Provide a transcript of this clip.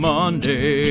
Monday